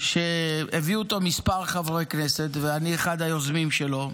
שהביאו אותו כמה חברי כנסת, ואני אחד היוזמים שלו,